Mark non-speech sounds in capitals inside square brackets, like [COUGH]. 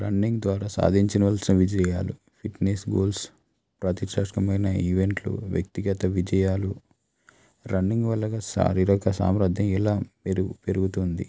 running ద్వారా సాధించవలసిన విజయాలు [UNINTELLIGIBLE] ఈవెంట్లు వ్యక్తి గత విజయాలు రన్నింగ్ వాళ్ళకు శారీరక సామ్రాద్యం ఇలా పెరు పెరుగుతుంది